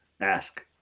ask